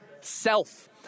self